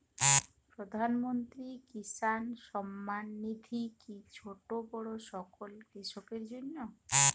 প্রধানমন্ত্রী কিষান সম্মান নিধি কি ছোটো বড়ো সকল কৃষকের জন্য?